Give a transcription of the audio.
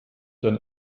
dein